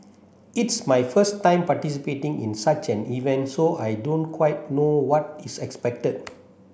it's my first time participating in such an event so I don't quite know what is expected